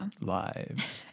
live